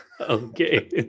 okay